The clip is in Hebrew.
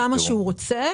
כמה שהוא רוצה.